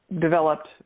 developed